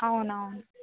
అవునవును